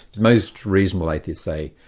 most reasonable atheists say,